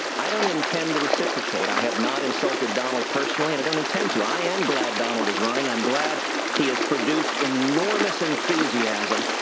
i don't intend to reciprocate. i have not insulted donald personally and i don't intend to. i am glad donald is running. i'm glad he has produced enormous enthusiasm,